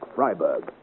Freiburg